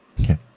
Okay